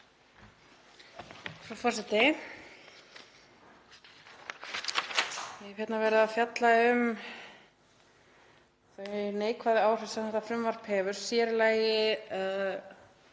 Frú forseti. Hérna er verið að fjalla um þau neikvæðu áhrif sem þetta frumvarp hefur, sér